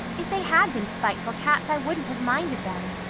if they had been spiteful cats i wouldn't have minded them.